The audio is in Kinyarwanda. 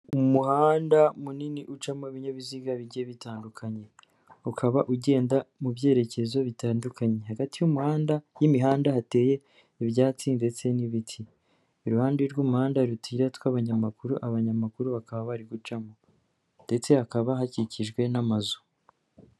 Umuhanda munini ucamo ibinyabiziga bigiye bitandukanye, ukaba ugenda mu byerekezo bitandukanye, hagati y'umuhanda y'imihanda hateye ibyatsi ndetse n'ibiti, iruhande rw'umuhanda hari utira tw'abanyamakuru, abanyamaguru bakaba bari gucamo ndetse hakaba hakikijwe n'amazu.